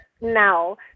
now